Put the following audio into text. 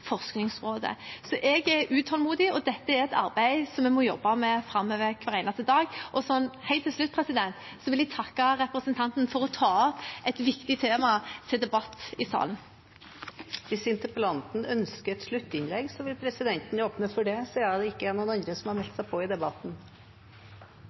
Forskningsrådet. Så jeg er utålmodig, og dette er et arbeid som vi framover må jobbe med hver eneste dag. Helt til slutt vil jeg takke representanten for at hun tar opp et viktig tema til debatt i salen. Hvis interpellanten ønsker et sluttinnlegg, vil presidenten åpne for det, siden det ikke er noen andre som har meldt